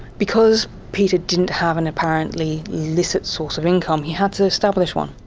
because peter didn't have an apparently licit source of income, he had to establish one.